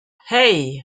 hey